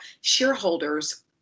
shareholders